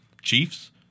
Chiefs